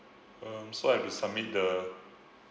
um so I have to submit the